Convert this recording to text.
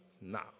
now